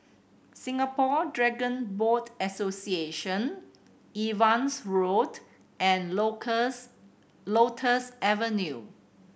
Singapore Dragon Boat Association Evans Road and Lotus Avenue